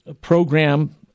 program